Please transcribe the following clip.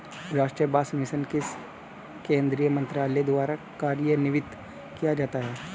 राष्ट्रीय बांस मिशन किस केंद्रीय मंत्रालय द्वारा कार्यान्वित किया जाता है?